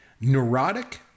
Neurotic